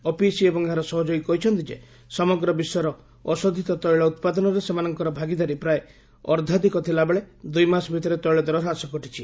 OPEC ଏବଂ ଏହାର ସହଯୋଗୀ କହିଛନ୍ତି ଯେ ସମଗ୍ର ବିଶ୍ୱର ଅଶୋଧିତ ତୈଳ ଉତ୍ପାଦନରେ ସେମାନଙ୍କର ଭାଗିଦାରୀ ପ୍ରାୟ ଅର୍ଦ୍ଧାଧିକ ଥିଲାବେଳେ ଦୁଇମାସ ଭିତରେ ତୈଳ ଦର ହ୍ରାସ ଘଟିଛି